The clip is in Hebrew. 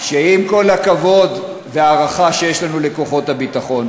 עם כל הכבוד וההערכה שיש לנו לכוחות הביטחון,